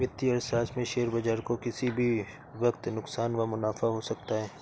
वित्तीय अर्थशास्त्र में शेयर बाजार को किसी भी वक्त नुकसान व मुनाफ़ा हो सकता है